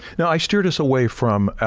now i steer this away from, ah,